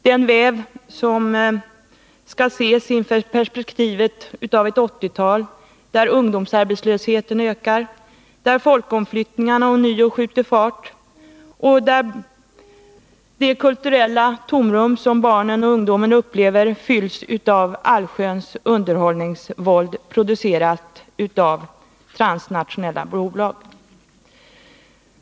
Denna väv skall ses i perspektivet av ett 1980-tal där ungdomsarbetslösheten ökar, där folkomflyttningarna ånyo skjuter fart och där det kulturella tomrum som barnen och ungdomen upplever fylls av allsköns underhållningsvåld poducerat av transnationella bolag.